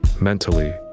Mentally